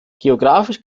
geographisch